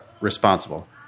responsible